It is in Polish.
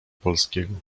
polskiego